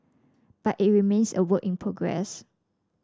but it remains a work in progress